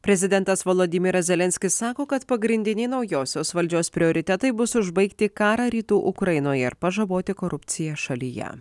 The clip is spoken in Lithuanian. prezidentas volodymyras zelenskis sako kad pagrindiniai naujosios valdžios prioritetai bus užbaigti karą rytų ukrainoje ir pažaboti korupciją šalyje